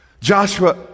Joshua